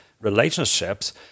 relationships